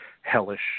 hellish